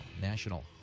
National